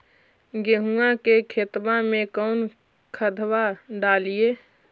गेहुआ के खेतवा में कौन खदबा डालिए?